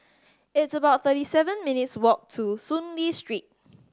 it's about thirty seven minutes' walk to Soon Lee Street